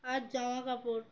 আর জামা কাপড়